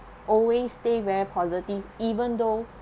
always stay very positive even though